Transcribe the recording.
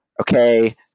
Okay